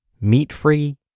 meat-free